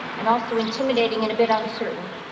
and also intimidating and a bit uncertain,